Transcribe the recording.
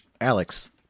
Alex